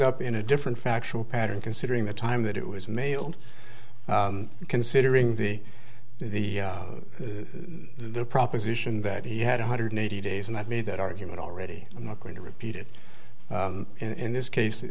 up in a different factual pattern considering the time that it was mailed considering the the the proposition that he had one hundred eighty days and i've made that argument already i'm not going to repeat it in this case